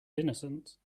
innocence